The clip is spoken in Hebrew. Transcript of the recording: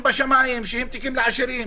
לעשירים.